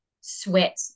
sweat